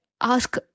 ask